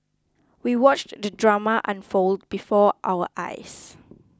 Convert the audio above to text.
we watched the drama unfold before our eyes